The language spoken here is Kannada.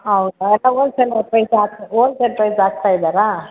ಹೌದಾ ಟವಲ್ಸ್ ಎಲ್ಲ ಪ್ರೈಸ್ ಹಾ ಹೋಲ್ಸೇಲ್ ಪ್ರೈಸ್ ಹಾಕ್ತಾಯಿದ್ದಾರಾ